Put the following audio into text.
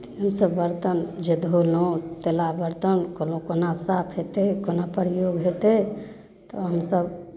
हमसभ बर्तन जे धोलहुँ तेलाह बर्तन कहलहुँ कोना साफ हेतै कोना प्रयोग हेतै तऽ हमसभ